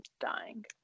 dying